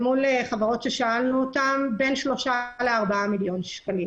3 4 מיליון שקלים.